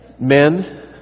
Men